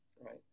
right